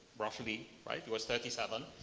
roughly, right? he was thirty seven.